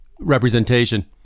representation